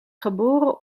geboren